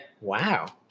wow